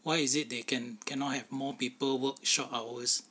why is it they can cannot have more people were short hours